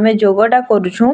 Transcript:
ଆମେ ଯୋଗଟା କରୁଛୁଁ